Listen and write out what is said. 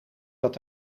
dat